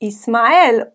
Ismael